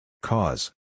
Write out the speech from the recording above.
Cause